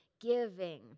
giving